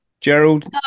Gerald